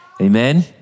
Amen